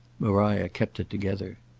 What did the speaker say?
maria kept it together.